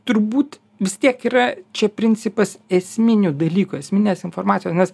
turbūt vis tiek yra čia principas esminių dalykų esminės informacijos nes